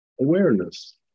awareness